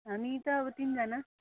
हामी त अब तिनजना